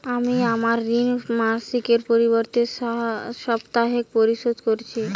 আমি আমার ঋণ মাসিকের পরিবর্তে সাপ্তাহিক পরিশোধ করছি